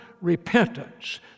repentance